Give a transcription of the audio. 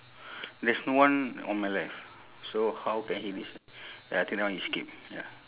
there's no one on my left so how can he decide ya I think that one you skip ya